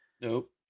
Nope